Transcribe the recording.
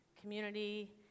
community